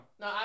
No